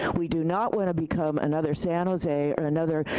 we do not wanna become another san jose or another